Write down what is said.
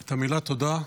את המילה תודה.